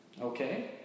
okay